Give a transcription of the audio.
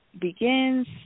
begins